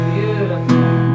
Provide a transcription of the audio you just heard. Beautiful